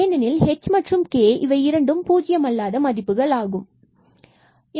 ஏனெனில் h and k இவை இரண்டும் பூஜ்ஜியம் அல்லாத மதிப்புகள் ஆகும்